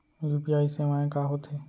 UPI सेवाएं का होथे?